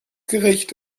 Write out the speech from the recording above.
gerecht